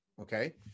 Okay